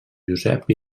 josep